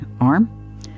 arm